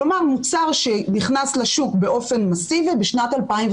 כלומר מוצר שנכנס לשוק באופן מסיבי בשנת 2015,